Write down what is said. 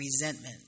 resentment